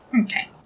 Okay